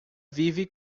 vive